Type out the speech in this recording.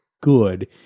good